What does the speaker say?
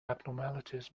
abnormalities